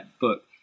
book